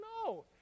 No